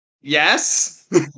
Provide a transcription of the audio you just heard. Yes